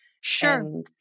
sure